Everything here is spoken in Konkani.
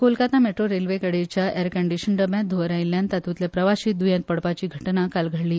कोलकाता मेट्रो रेल्वे गाडयेच्या एर कंडीशन डब्यांत ध्रंवर आयिल्ल्यान तातूंतले प्रवाशी द्येंत पडपाची घडणूक काल घडली